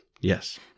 Yes